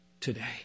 today